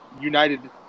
united